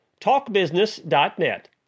talkbusiness.net